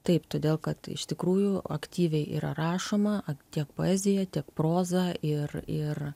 taip todėl kad iš tikrųjų aktyviai yra rašoma tiek poezija tiek proza ir ir